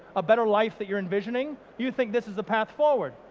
a better life that you're envisioning, you think this is a path forward,